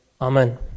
Amen